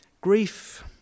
grief